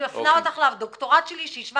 אני מפנה אותך לדוקטורט שלי שהשווה